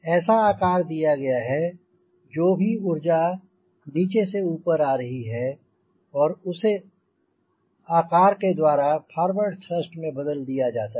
ऐसा आकार दिया गया है कि जो भी ऊर्जा नीचे से ऊपर आ रही है उसे उस आकार के द्वारा फॉरवर्ड थ्रस्ट में बदल दिया जाता है